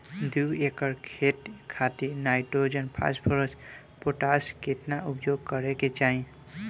दू एकड़ खेत खातिर नाइट्रोजन फास्फोरस पोटाश केतना उपयोग करे के चाहीं?